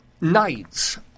nights